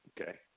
Okay